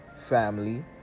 family